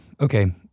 okay